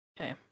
Okay